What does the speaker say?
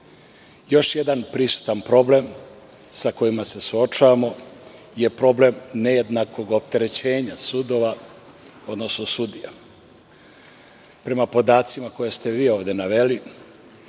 jedan prisutan problem sa kojim se suočavamo je problem nejednakog opterećenja sudova, odnosno sudija. Prema podacima koje ste vi ovde naveli,